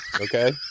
okay